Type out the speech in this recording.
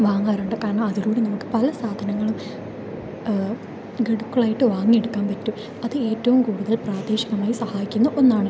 വാങ്ങാറുണ്ട് കാരണം അതിലൂടെ നമുക്ക് പല സാധനങ്ങളും ഗഡുക്കളായിട്ട് വാങ്ങിയെടുക്കാൻ പറ്റും അത് ഏറ്റവും കൂടുതൽ പ്രാദേശികമായി സഹായിക്കുന്ന ഒന്നാണ്